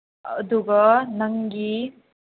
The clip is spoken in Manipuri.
ꯑꯗꯨꯒ ꯅꯪꯒꯤ